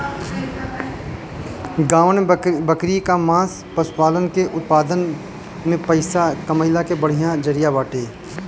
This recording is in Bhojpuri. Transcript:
गांवन में बकरी कअ मांस पशुपालन के उत्पादन में पइसा कमइला के बढ़िया जरिया बाटे